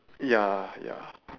ya ya